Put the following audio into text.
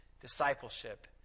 discipleship